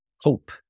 Hope